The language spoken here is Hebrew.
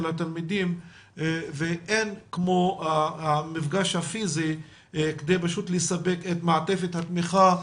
התלמידים ואין כמו המפגש הפיזי כדי פשוט לספק את מעטפת התמיכה,